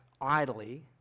idly